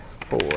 four